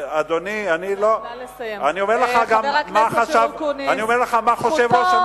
אני אומר לך גם מה חשב חבר הכנסת אקוניס,